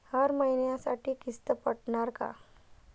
हर महिन्यासाठी किस्त पडनार का?